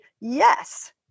yes